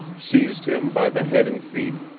seized him by the head and feet,